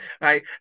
Right